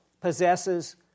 possesses